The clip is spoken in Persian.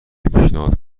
پیشنهاد